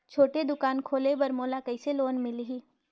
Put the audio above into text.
छोटे दुकान खोले बर मोला कइसे लोन मिलही?